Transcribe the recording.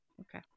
okay